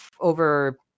over